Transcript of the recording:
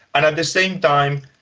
and at the same time,